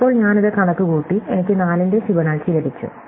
ഇപ്പോൾ ഞാൻ ഇത് കണക്കുകൂട്ടി എനിക്ക് 4 ന്റെ ഫിബൊനാച്ചി ലഭിച്ചു